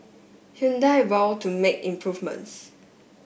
Hyundai vow to make improvements